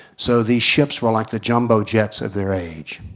so the ships were like the jumbo jets of their age.